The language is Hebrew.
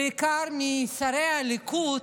בעיקר משרי הליכוד